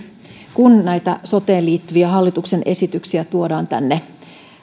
kun näitä soteen liittyviä hallituksen esityksiä tuodaan tänne